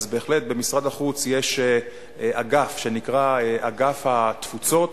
אז בהחלט במשרד החוץ יש אגף שנקרא אגף התפוצות,